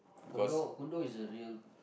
condo condo is a real